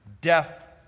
Death